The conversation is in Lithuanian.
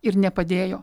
ir nepadėjo